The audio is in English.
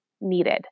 needed